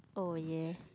oh ya